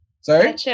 Sorry